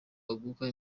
haduka